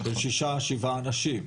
זה שישה-שבעה אנשים.